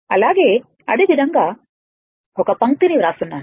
అలాగే అదే విధంగా ఒక పంక్తిని వ్రాస్తున్నాను